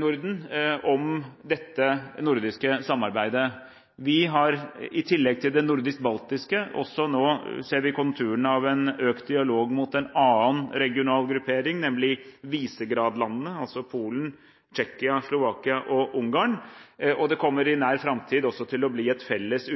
Norden for dette nordiske samarbeidet. I tillegg til det nordisk-baltiske ser vi også nå konturene av en økt dialog mot en annen regional gruppering, nemlig Visegrad-landene: Polen, Tsjekkia, Slovakia og Ungarn. Det kommer i nær framtid også til å bli et felles